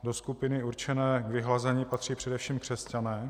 Do skupiny určené k vyhlazení patří především křesťané.